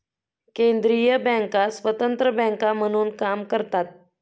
केंद्रीय बँका स्वतंत्र बँका म्हणून काम करतात